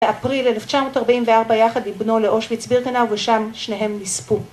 ‫באפריל 1944 יחד עם בנו ‫לאושוויץ בירקנאו ושם שניהם נספו.